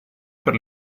per